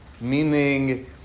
meaning